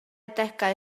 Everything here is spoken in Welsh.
adegau